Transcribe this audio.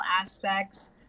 aspects